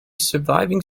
surviving